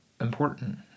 important